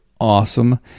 awesome